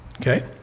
Okay